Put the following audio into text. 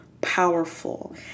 powerful